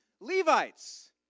Levites